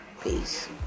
Peace